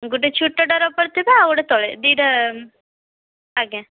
ଗୋଟେ ଛୋଟ ଡୋର ଉପରେ ଥିବ ଆଉ ଗୋଟେ ତଳେ ଦୁଇଟା ଆଜ୍ଞା